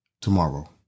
Tomorrow